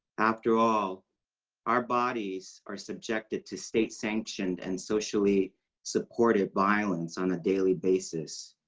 afterall, our bodies are subjected to state sanction and socially supported violence on a daily basis.